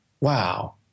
wow